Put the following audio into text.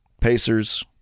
Pacers